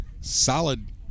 solid